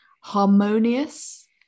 harmonious